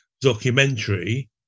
documentary